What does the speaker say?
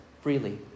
freely